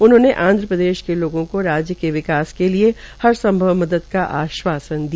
उन्होंने आंध्रप्रदेश के लोगों को राज्य के विकास के लिए हर संभव मदद का आशवासन दिया